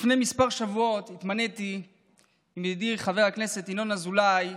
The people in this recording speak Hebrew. לפני כמה שבועות התמניתי עם ידידי חבר הכנסת ינון אזולאי,